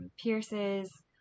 pierces